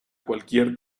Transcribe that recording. cualquier